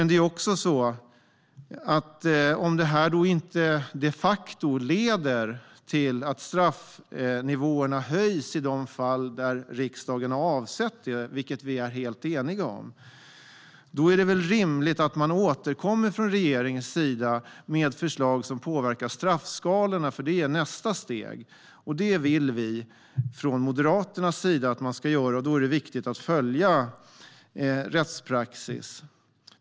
Det är också så att om det inte de facto leder till att straffnivåerna höjs i de fall där riksdagen har avsett det, vilket vi är helt eniga om, är det väl rimligt att man återkommer från regeringens sida med förslag som påverkar straffskalorna. Det är nästa steg. Det vill vi från Moderaternas sida att man ska göra. Då är det viktigt att följa rättspraxis.